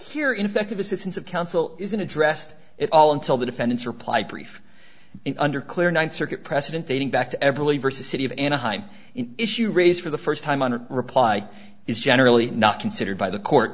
here in effective assistance of counsel isn't addressed at all until the defendant's reply brief and under clear ninth circuit precedent dating back to everly vs city of anaheim in issue raised for the first time on a reply is generally not considered by the court